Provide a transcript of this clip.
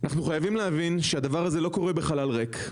אנחנו חייבים להבין שהדבר הזה לא קורה בחלל ריק.